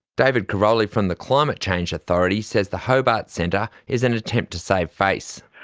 david karoly from the climate change authority says the hobart centre is an attempt to save face.